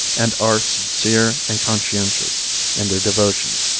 and are sincere and conscientious in their devotions.